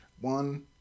one